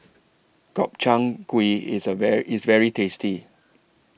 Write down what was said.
Gobchang Gui IS A IS very tasty